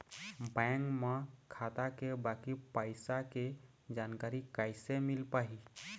Bank म खाता के बाकी पैसा के जानकारी कैसे मिल पाही?